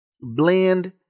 Blend